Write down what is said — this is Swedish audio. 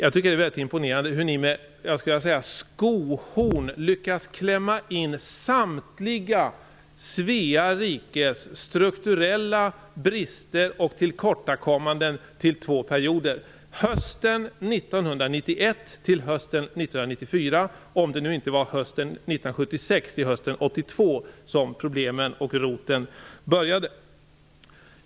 Det är imponerande hur ni med skohorn lyckas klämma in samtliga Svea rikes strukturella brister och tillkortakommanden till två perioder, nämligen hösten 1991 till hösten 1994, om det nu inte var hösten 1976 till hösten 1982 som roten till problemen uppstod.